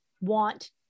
want